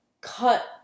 cut